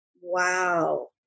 Wow